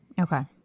Okay